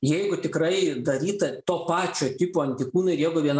jeigu tikrai daryta to pačio tipo antikūnai ir jeigu viena